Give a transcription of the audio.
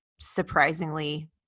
surprisingly –